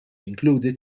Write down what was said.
included